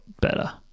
better